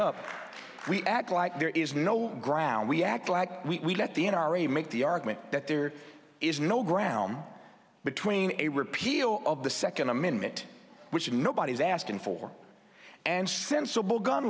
up we act like there is no ground we act like we let the n r a make the argument that there is no ground between a repeal of the second amendment which nobody is asking for and sensible gun